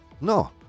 No